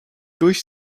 durch